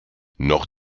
noch